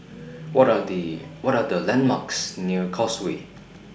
What Are The What Are The landmarks near Causeway